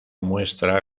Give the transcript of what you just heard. muestra